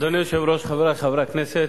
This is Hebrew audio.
אדוני היושב-ראש, חברי חברי הכנסת,